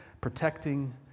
protecting